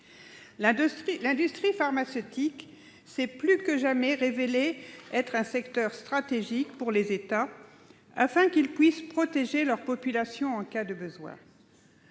L'industrie pharmaceutique s'est plus que jamais révélée être un secteur stratégique pour permettre aux États de protéger leur population en cas de besoin.